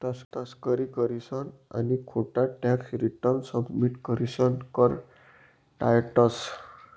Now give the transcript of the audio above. तस्करी करीसन आणि खोटा टॅक्स रिटर्न सबमिट करीसन कर टायतंस